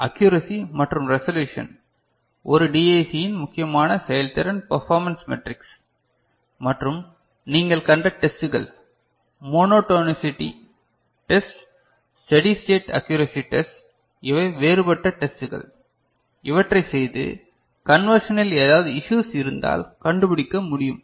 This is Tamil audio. அக்யூரசி மற்றும் ரெசல்யூசன் ஒரு டிஏசியின் முக்கியமான செயல்திறன் பர்ஃபாமென்ஸ் மெட்ரிக்ஸ் மற்றும் நீங்கள் கண்ட டெஸ்டுகள் monotonicity test steady state accuracy test இவை வேறுபட்ட டெஸ்டுகள் இவற்றை செய்து கன்வென்ஷனில் ஏதாவது இஸ்யூஸ் இருந்தால் கண்டுபிடிக்க முடியும்